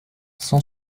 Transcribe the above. cent